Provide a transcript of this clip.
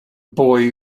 boy